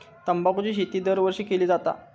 तंबाखूची शेती दरवर्षी केली जाता